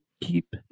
Keep